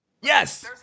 Yes